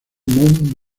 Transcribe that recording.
mon